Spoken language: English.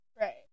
Right